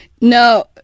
No